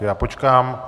Já počkám.